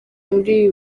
muri